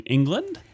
England